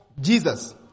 Jesus